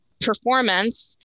performance